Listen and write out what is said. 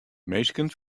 minsken